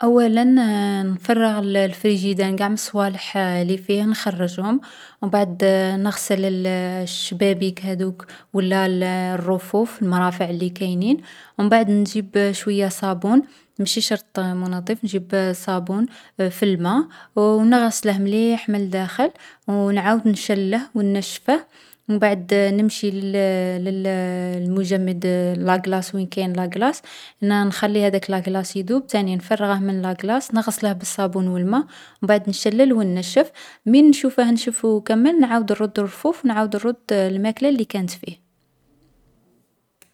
أولا نـ نفرّغ الفريجيدان قاع من الصوالح لي فيه، نخرّجهم. و مبعد نغسل الـ الشبابيك هاذوك و لا الـ الرفوف المرافع لي كاينين. و مبعد نجيب شوية صابون ماشي شرط منظّف. نجيب الصابون في الما، و نغسله مليح من داخل، و نعاود نشلّه و نّشفه. و مبعد نمشي للـ للـ المجمّد لاقلاص وين كاين لاقلاص، نـ نخلي هاذاك لاقلاص يذوب، تاني نفرغه من لاقلاص. نغسله بالصابون و الما و مبعد نشلّل و نّشّف. من نشوفه نشف و كمّل نعاود نرد الرفوف و نعاود نرد الماكلة لي كانت فيه.